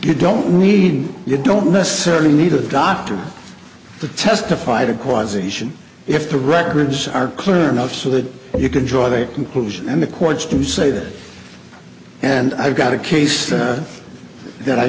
you don't need you don't necessarily need a doctor to testify to cause asian if the records are clear enough so that you can draw the conclusion and the courts to say that and i've got a case that i